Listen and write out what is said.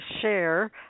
share